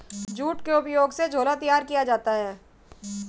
jute के उपयोग से झोला तैयार किया जाता है